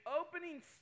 opening